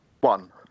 One